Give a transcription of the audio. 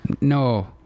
No